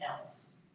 else